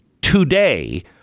today